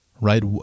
right